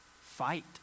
fight